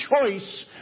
choice